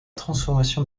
transformation